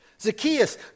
Zacchaeus